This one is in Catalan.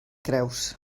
creus